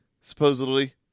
Supposedly